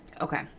Okay